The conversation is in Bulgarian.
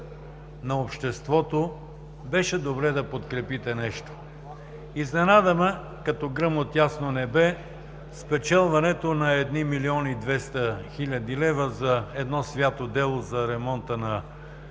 на обществото и беше добре да подкрепите нещо. Изненада ме като гръм от ясно небе спечелването на 1 млн. 200 хил. лв. за едно свято дело за ремонта на